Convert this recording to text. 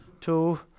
two